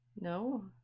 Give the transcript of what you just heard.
No